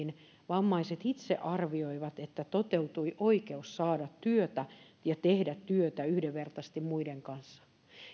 sanoa että vammaiset itse arvioivat että heikoimmin toteutui oikeus saada työtä ja tehdä työtä yhdenvertaisesti muiden kanssa